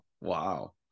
wow